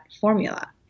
formula